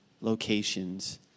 locations